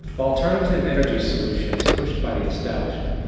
alternative energy solutions pushed by the establishment,